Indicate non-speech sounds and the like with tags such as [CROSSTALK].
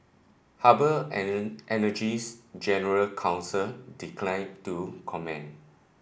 harbour [UNINTELLIGIBLE] Energy's general counsel declined to comment